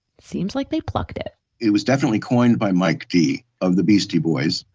seems like they plucked it it was definitely coined by mike dee of the beastie boys,